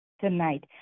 tonight